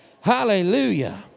Hallelujah